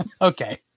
Okay